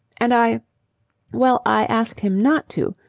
and i well, i asked him not to.